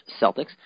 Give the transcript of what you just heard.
Celtics